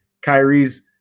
Kyrie's